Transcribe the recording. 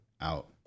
out